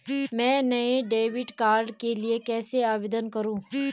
मैं नए debit card के लिए कैसे आवेदन करूं?